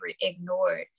ignored